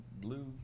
blue